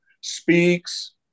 Speaks